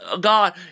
God